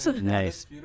Nice